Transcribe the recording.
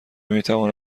میتواند